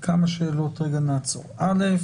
שאלות: א',